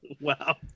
Wow